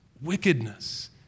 wickedness